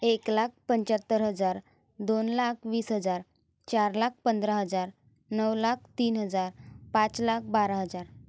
एक लाख पंचाहत्तर हजार दोन लाख वीस हजार चार लाख पंधरा हजार नऊ लाख तीन हजार पाच लाख बारा हजार